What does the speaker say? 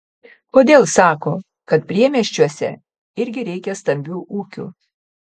kodėl sako kad priemiesčiuose irgi reikia stambių ūkių